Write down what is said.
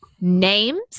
Names